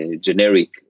generic